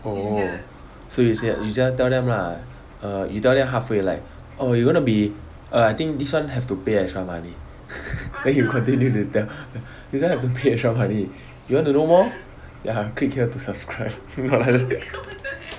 oh so you say you just tell them lah err you tell them halfway like oh you wanna be err I think this one have to pay extra money then you continue to tell this [one] have to pay extra money you want to know more ya click here to subscribe